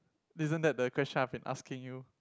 isn't that the question I have been asking you